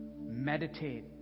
meditate